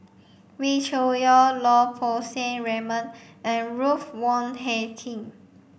Wee Cho Yaw Lau Poo Seng Raymond and Ruth Wong Hie King